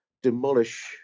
demolish